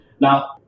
Now